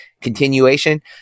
continuation